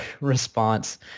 response